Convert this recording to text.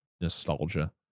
nostalgia